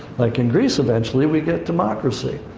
like in greece, eventually, we get democracy.